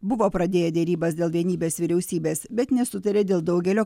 buvo pradėję derybas dėl vienybės vyriausybės bet nesutarė dėl daugelio